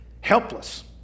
helpless